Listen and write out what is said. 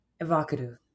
Evocative